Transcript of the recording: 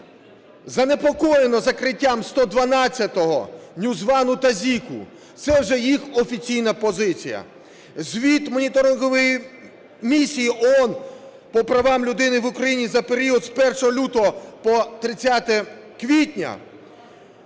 занепокоєне закриттям 112, NewsOne та Zik, це вже їх офіційна позиція. Звіт Моніторингової місії ООН по правам людини в Україні за період з 1 лютого по 30 квітня